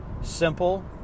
simple